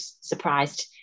surprised